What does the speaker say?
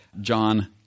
John